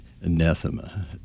anathema